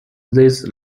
this